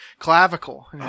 Clavicle